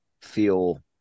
feel